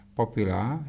popular